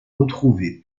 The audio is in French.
retrouvée